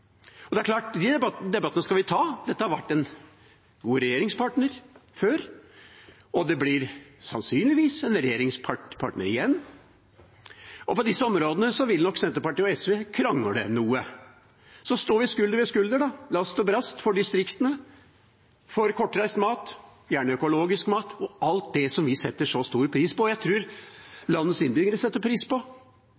pelsdyrspørsmålet. Det er klart at de debattene skal vi ta. Dette har vært en god regjeringspartner før, og det blir sannsynligvis en regjeringspartner igjen. Og på disse områdene vil nok Senterpartiet og SV krangle noe. Så står vi skulder ved skulder, last og brast med hverandre – for distriktene, for kortreist mat, gjerne økologisk mat, for alt det som vi setter så stor pris på, og som jeg